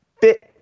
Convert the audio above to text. Fit